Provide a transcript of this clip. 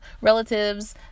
relatives